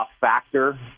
factor